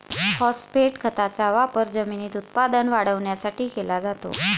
phosphate खताचा वापर जमिनीत उत्पादन वाढवण्यासाठी केला जातो